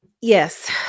Yes